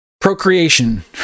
procreation